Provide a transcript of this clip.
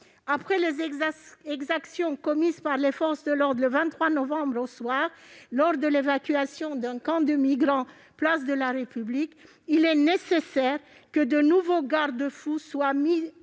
Après les exactions commises, le soir du 23 novembre, par les forces de l'ordre lors de l'évacuation d'un camp de migrants place de la République, il est nécessaire que de nouveaux garde-fous soient mis en place.